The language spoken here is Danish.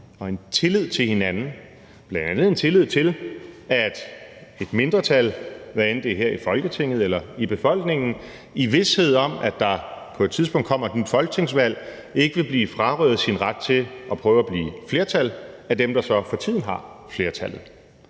og en tillid til hinanden. Bl.a. en tillid til, at et mindretal – hvad enten det er her i Folketinget eller i befolkningen – i vished om, at der på et tidspunkt kommer et nyt folketingsvalg, ikke vil blive frarøvet sin ret til at prøve at blive flertal af dem, som for tiden har flertallet.